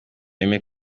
aime